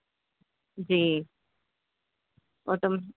جی auto